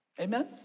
Amen